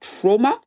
trauma